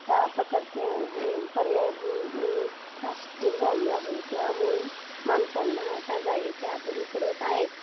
आता प्रकारचे हे पर्याय फ्लॅट स्टीम झाली आहे त्यामुळे माणसांना आता जागेचे अपुरी पडत आहेत